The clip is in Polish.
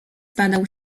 padał